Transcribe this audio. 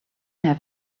have